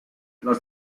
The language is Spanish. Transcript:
los